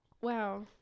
wow